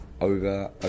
over